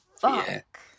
Fuck